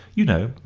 you know,